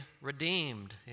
redeemed